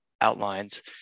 outlines